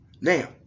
Now